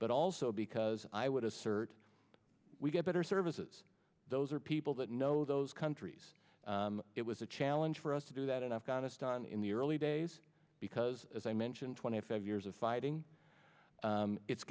but also because i would assert we get better services those are people that know those countries it was a challenge for us to do that in afghanistan in the early days because as i mentioned twenty five years of fighting it's